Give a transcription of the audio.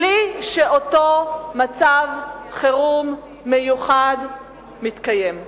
בלי שאותו מצב חירום מיוחד מתקיים.